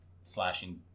slashing